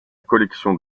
collection